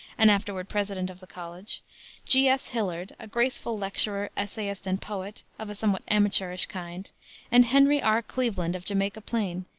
and afterward president of the college g. s. hillard, a graceful lecturer, essayist and poet, of a somewhat amateurish kind and henry r. cleveland, of jamaica plain,